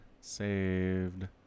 Saved